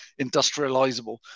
industrializable